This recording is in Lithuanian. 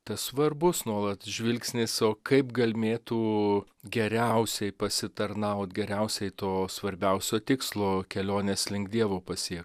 tas svarbus nuolat žvilgsnis o kaip galmėtų geriausiai pasitarnaut geriausiai to svarbiausio tikslo kelionės link dievo pasiekt